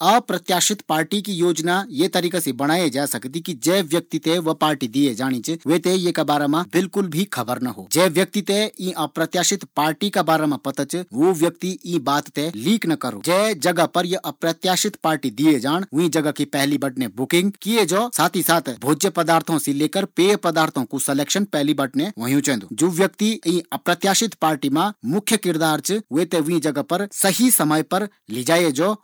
अप्रत्याशित पार्टी की योजना ये तरीका से बणाये जै सकदी कि जै व्यक्ति थें या पार्टी दिए जाणी च वै थें ये बारा मा बिल्कुल भी खबर ना हो। और जै थें यीं पार्टी का बाराम पता च वू हीं खबर थें लीक ना करो। और जीं जगह पर या पार्टी दिए जाणी च वीं जगह की पैली से बुकिंग करै जौ। और भोज्य पदार्थ और पेय पदार्थों कू सलेक्शन पेली बीटी होंयु चैन्दु। और जेका वास्ता या मुख्य पार्टी च वी थें सही समय पर वीं जगह पर ली जाये जौ।